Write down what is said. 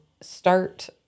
start